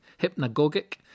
Hypnagogic